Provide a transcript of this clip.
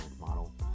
model